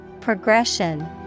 Progression